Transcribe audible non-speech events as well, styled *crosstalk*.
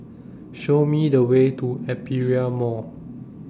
Show Me The Way to Aperia *noise* Mall